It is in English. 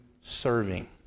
serving